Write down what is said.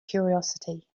curiosity